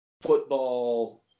Football